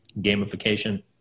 gamification